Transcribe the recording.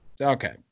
Okay